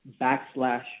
backslash